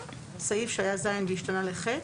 הסעיף שהיה (ז) והשתנה ל-(ח)?